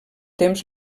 temps